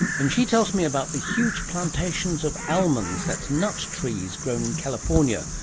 and she tells me about the huge plantations of almonds, that's nut trees grown in california,